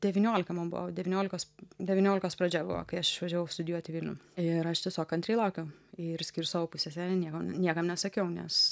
devyniolika man buvo devyniolikos devyniolikos pradžia buvo kai aš išvažiavau studijuot į vilnių ir aš tiesiog kantriai laukiau ir išskyrus savo pusseserę nieko niekam nesakiau nes